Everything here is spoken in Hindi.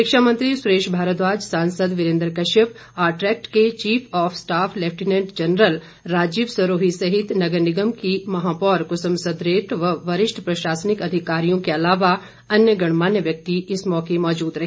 शिक्षामंत्री सुरेश भारद्वाज सांसद वीरेन्द्र कश्यप आरट्रैक्ट के chief of staff lieutenant general Rajiv Sarohi सहित नगर निगम की महापौर कुसुम सदरेट व वरिष्ठ प्रशासनिक अधिकारियों सहित अनेक गणमान्य व्यक्ति मौजूद रहे